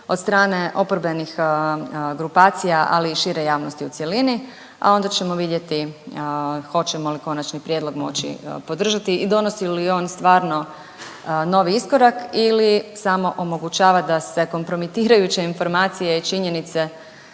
od strane oporbenih grupacija ali i šire javnosti u cjelini, a onda ćemo vidjeti hoćemo li konačni prijedlog moći podržati i donosi li on stvarno novi iskorak ili samo omogućava da se kompromitirajuće informacije i činjenice